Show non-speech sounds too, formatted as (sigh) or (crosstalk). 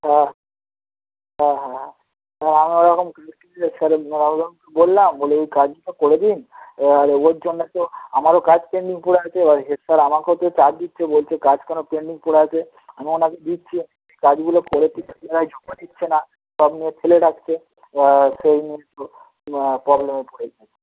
হ্যাঁ হ্যাঁ হ্যাঁ হ্যাঁ হ্যাঁ আমি ওরকম (unintelligible) বললাম বলি ওই কাজগুলো করে দিন এবার ওর জন্যে তো আমারও কাজ পেন্ডিং পড়ে আছে এবার হেড স্যার আমাকেও তো চাপ দিচ্ছে বলছে কাজ কেন পেন্ডিং পড়ে আছে আমি ওনাকে দিচ্ছি কাজগুলো করে দিচ্ছে না জমা দিচ্ছে না সব নিয়ে ফেলে রাখছে এবার সেই নিয়ে তো প্রবলেমে পড়েছি